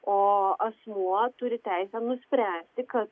o asmuo turi teisę nuspręsti kad